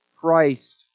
Christ